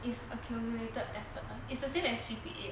it's accumulated effort mah is the same as G_P_A